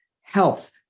health